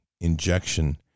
injection